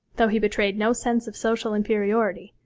though he betrayed no sense of social inferiority,